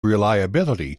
reliability